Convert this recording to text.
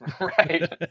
Right